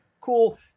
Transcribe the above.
cool